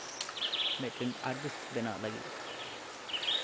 ᱢᱤᱫᱴᱮᱱ ᱟᱨᱴᱤᱥᱴ ᱵᱮᱱᱟᱣ ᱞᱟᱹᱜᱤᱫ